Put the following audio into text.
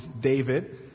David